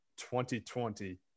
2020